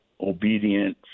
obedience